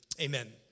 Amen